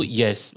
yes